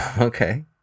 Okay